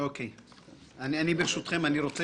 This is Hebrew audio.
אני רוצה